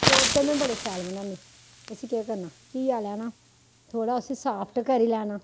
कोप्ते में बड़े शैल बनान्नीं उस्सी केह् करना घीआ लैना थोह्ड़ा उस्सी साफ्ट करी लैना